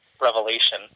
Revelation